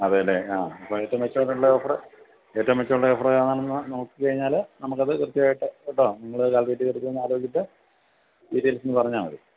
അതെയല്ലേ ആ അപ്പോൾ ഏറ്റവും മെച്ചമുള്ള ഓഫർ ഏറ്റവും മെച്ചമുള്ള ഓഫർ ഏതാണെന്ന് നോക്കിക്കഴിഞ്ഞാൽ നമുക്കത് കൃത്യമായിട്ട് കേട്ടോ നിങ്ങൾ കാൽക്കുലേറ്റ് ചെയ്തിട്ട് ആലോചിച്ചിട്ട് ഡീറ്റെയിൽസ് ഒന്ന് പറഞ്ഞാൽ മതി